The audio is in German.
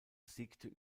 siegte